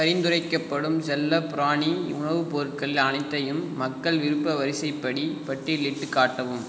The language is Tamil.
பரிந்துரைக்கப்படும் செல்லப்பிராணி உணவுப்பொருட்கள் அனைத்தையும் மக்கள் விருப்ப வரிசைப்படி பட்டியலிட்டுக் காட்டவும்